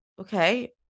okay